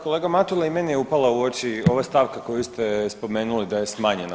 Kolega Matula i meni je upala u oči ova stavka koju ste spomenuli da je smanjena.